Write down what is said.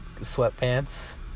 Sweatpants